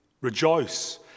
Rejoice